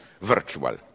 virtual